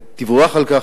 ותבורך על כך.